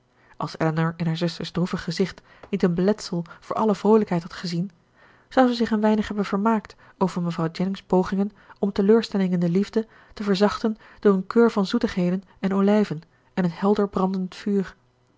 als elinor in haar zuster's droevig gezicht niet een beletsel voor alle vroolijkheid had gezien zou zij zich een weinig hebben vermaakt over mevrouw jennings pogingen om teleurstelling in de liefde te verzachten door een keur van zoetigheden en olijven en een helder brandend vuur